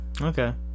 okay